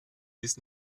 bis